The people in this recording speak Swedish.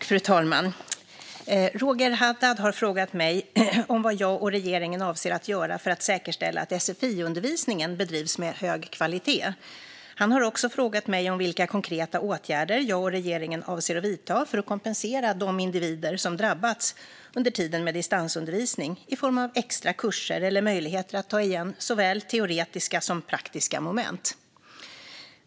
Fru talman! har frågat mig vad jag och regeringen avser att göra för att säkerställa att sfi-undervisningen bedrivs med hög kvalitet. Han har också frågat mig vilka konkreta åtgärder jag och regeringen avser att vidta för att kompensera de individer som drabbats under tiden med distansundervisning i form av extra kurser eller möjligheter att ta igen såväl teoretiska som praktiska moment.